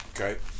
Okay